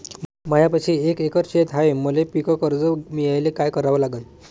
मायापाशी एक एकर शेत हाये, मले पीककर्ज मिळायले काय करावं लागन?